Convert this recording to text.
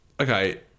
Okay